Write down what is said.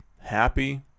happy